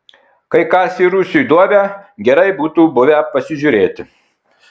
kai kasė rūsiui duobę gerai būtų buvę pasižiūrėti